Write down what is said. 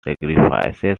sacrifices